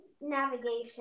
navigation